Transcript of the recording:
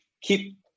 keep